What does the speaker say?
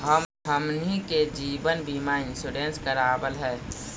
हमनहि के जिवन बिमा इंश्योरेंस करावल है?